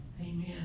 Amen